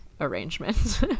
arrangement